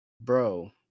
Bro